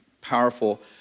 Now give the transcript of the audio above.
powerful